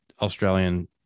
Australian